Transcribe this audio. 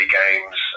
games